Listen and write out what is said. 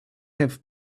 have